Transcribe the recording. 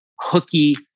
hooky